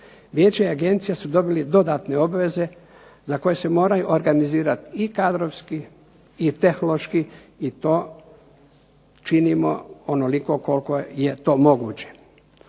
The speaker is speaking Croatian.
Vijeće i Agencija su dobili dodatne obveze za koje se moraju organizirati i kadrovski i tehnološki, i to činimo onoliko koliko je to moguće.